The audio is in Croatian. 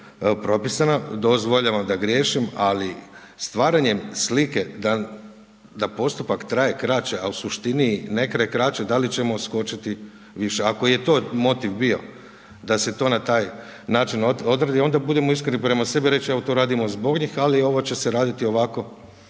nije propisano, dozvoljavam da griješim, ali stvaranjem slike, da postupak traje kreće, a u suštini ne traje kraće, da li ćemo uskočiti više. Ako je to motiv bio, da se to na taj način odredi, onda budimo iskreni prema sebi i reći, evo to radimo zbog njih, ali ovo će se raditi ovako